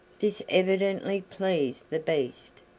this evidently pleased the beast.